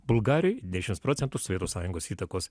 bulgarai dešimt procentų sovietų sąjungos įtakos